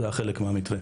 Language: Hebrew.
זה היה חלק מן המתווה.